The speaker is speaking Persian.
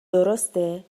درسته